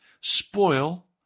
spoil